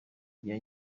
rya